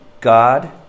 God